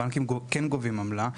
הבנקים כן גובים עמלה.